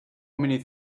many